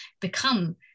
become